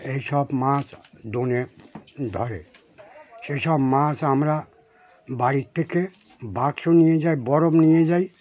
এইসব মাছ ডোনে ধরে সেসব মাছ আমরা বাড়ির থেকে বাক্স নিয়ে যাই বরফ নিয়ে যাই